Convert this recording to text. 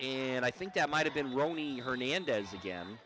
and i think that might have been wrongly hernandez again